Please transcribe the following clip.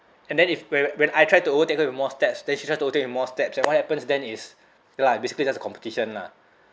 and then if whe~ when I tried to overtake her with more steps then she has to take more steps and what happens then is ya lah basically there's a competition lah